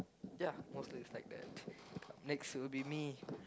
ya mostly is like that next will be me